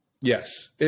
Yes